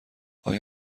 آیا